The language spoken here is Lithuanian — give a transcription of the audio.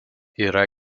yra